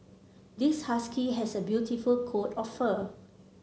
this husky has a beautiful coat of fur